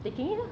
taking it lah